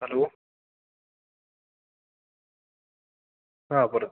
hello ആ പറ